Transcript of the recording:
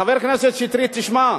חבר הכנסת שטרית, תשמע.